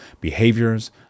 behaviors